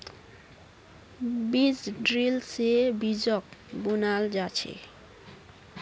बीज ड्रिल से बीजक बुनाल जा छे